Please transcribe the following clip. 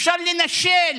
אפשר לנשל,